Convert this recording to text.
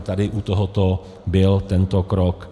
Tady u tohoto byl tento krok.